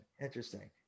interesting